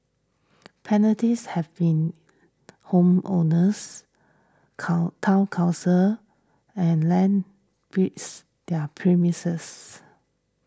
penalties have been homeowners come Town Councils and land breeds their premises